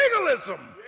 legalism